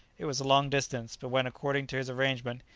it was a long distance, but when, according to his arrangement,